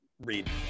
Read